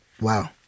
Wow